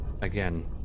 Again